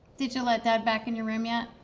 did you let dad back in your room yet?